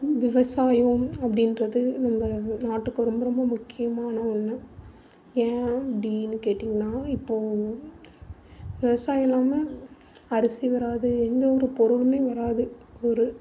விவசாயம் அப்படின்றது நம்ம நாட்டுக்கு ரொம்ப ரொம்ப முக்கியமான ஒன்று ஏன் அப்படின்னு கேட்டிங்கன்னா இப்போது விவசாயம் இல்லாமல் அரிசி வராது எந்த ஒரு பொருளுமே வராது ஒரு